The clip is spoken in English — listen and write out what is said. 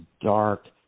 dark